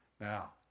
Now